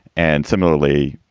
and similarly,